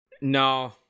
no